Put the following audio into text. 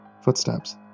Footsteps